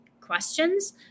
questions